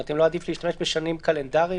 אם לא עדיף להשתמש בשנים קלנדריות.